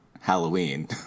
Halloween